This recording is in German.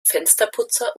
fensterputzer